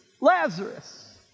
Lazarus